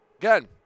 Again